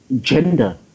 gender